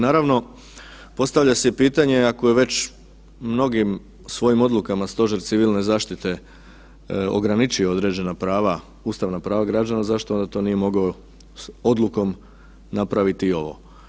Naravno, postavlja se pitanje ako je već mnogim svojim odlukama stožer civilne zaštite ograničio određena prava ustavna prava građana zašto to onda nije mogao odlukom napraviti i ovo.